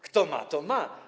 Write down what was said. Kto ma, to ma.